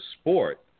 sport